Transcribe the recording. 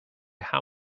how